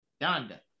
Donda